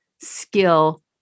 skill